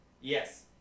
Yes